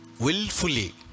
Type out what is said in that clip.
willfully